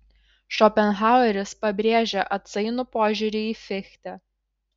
šopenhaueris pabrėžia atsainų požiūrį į fichtę